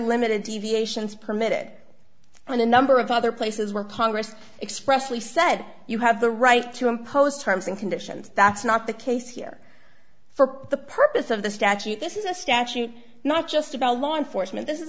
limited deviations permitted on a number of other places where congress expressly said you have the right to impose terms and conditions that's not the case here for the purpose of the statute this is a statute not just about law enforcement this is